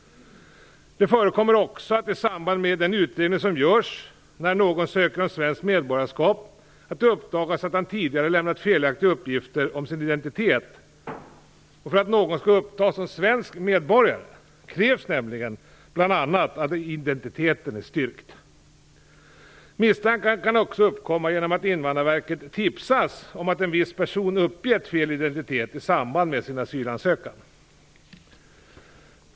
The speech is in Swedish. Det förekommer också att det i samband med den utredning som görs när någon ansöker om svenskt medborgarskap uppdagas att han tidigare har lämnat felaktiga uppgifter om sin identitet - för att någon skall upptas som svensk medborgare krävs nämligen bl.a. att identiteten är styrkt. Misstankar kan också uppkomma genom att Invandrarverket tipsas om att en viss person uppgett fel identitet i samband med sin asylansökan.